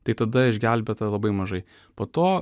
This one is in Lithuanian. tai tada išgelbėta labai mažai po to